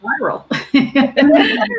viral